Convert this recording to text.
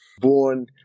Born